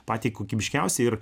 patį kokybiškiausią ir